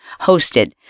hosted